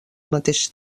mateix